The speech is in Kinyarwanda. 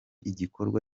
igikorwa